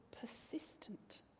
persistent